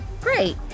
Great